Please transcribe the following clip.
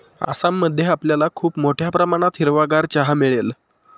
आसाम मध्ये आपल्याला खूप मोठ्या प्रमाणात हिरवागार चहा मिळेल